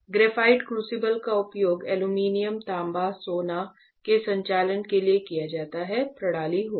graphite crucible का उपयोग aluminium तांबा सोना प्रणाली होगी